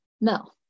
no